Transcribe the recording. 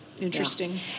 Interesting